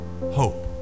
Hope